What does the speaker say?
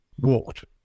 walked